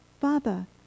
Father